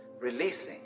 releasing